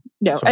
no